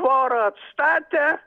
tvorą atsatatė